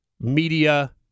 Media